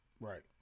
right